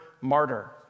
martyr